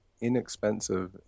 inexpensive